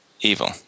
evil